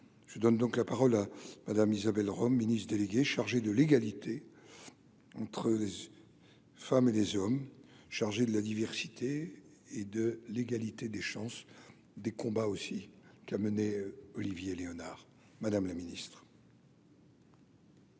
je donne donc la parole à Madame Isabelle Rome ministre déléguée chargée de l'égalité entre les femmes et les hommes chargés de la diversité et de l'égalité des chances des combats aussi qui a mené Olivier Léonard, Madame la Ministre.